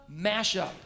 mashup